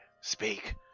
Speak